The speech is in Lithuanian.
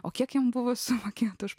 o kiek jiems buvo sumokėta už